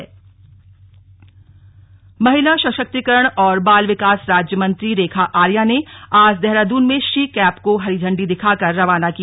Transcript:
ीम cab महिला स क्तिकरण और बाल विकास राज्यमंत्री रेखा आर्या ने आज देहरादून मेंीम कैब को हरी झण्डी दिखाकर रवाना किया